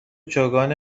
چوگان